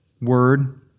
Word